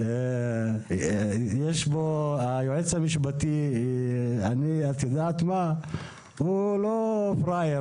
היועץ המשפטי לא פראייר,